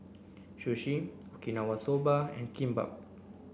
Sushi Okinawa Soba and Kimbap